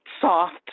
soft